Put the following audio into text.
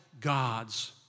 God's